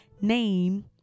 name